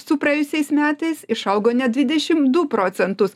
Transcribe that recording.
su praėjusiais metais išaugo net dvidešim du procentus